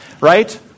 Right